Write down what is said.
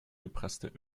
gepresste